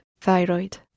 thyroid